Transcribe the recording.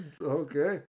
Okay